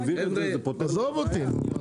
עזוב אותי.